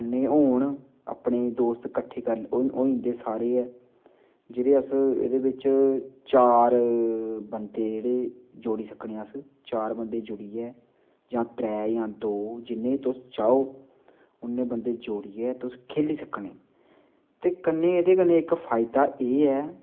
नेईं होन अपने दोस्त किट्ठे करी होई जंदे सारे गै जेह्दे अस एह्दे बिच्च चार बंदे जेह्ड़े जोड़ी सकने आं अस चार बंदे जोड़ियै जां त्रै जां दो जिन्ने बी तुस चाहो उन्ने बंदे जोड़ियै तुस खेली सकने ते कन्नै एह्दे कन्नै इक फायदा ऐ है